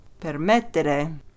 Permettere